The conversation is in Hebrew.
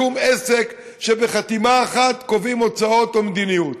בשום עסק, שבחתימה אחת קובעים הוצאות או מדיניות.